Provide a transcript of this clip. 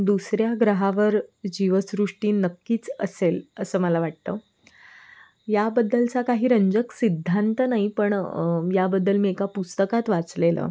दुसऱ्या ग्रहावर जीवसृष्टी नक्कीच असेल असं मला वाटतं याबद्दलचा काही रंजक सिद्धांत नाही पण याबद्दल मी एका पुस्तकात वाचलेलं